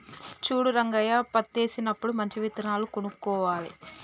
చూడు రంగయ్య పత్తేసినప్పుడు మంచి విత్తనాలు కొనుక్కోవాలి